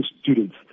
students